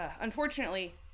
unfortunately